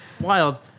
wild